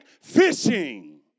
fishing